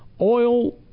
oil